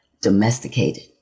domesticated